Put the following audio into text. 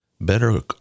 better